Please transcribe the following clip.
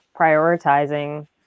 prioritizing